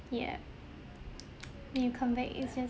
yup then you come back it's just